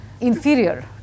inferior